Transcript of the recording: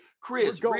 chris